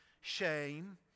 shame